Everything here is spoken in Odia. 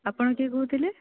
ଆପଣ କିଏ କହୁଥିଲେ